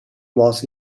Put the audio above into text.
was